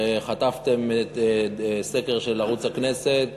וחטפתם סקר של ערוץ הכנסת